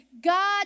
God